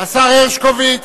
השר הרשקוביץ.